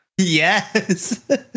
Yes